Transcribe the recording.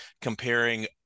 comparing